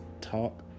talk